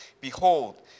Behold